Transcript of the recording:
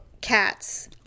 cats